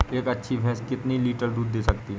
एक अच्छी भैंस कितनी लीटर दूध दे सकती है?